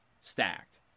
stacked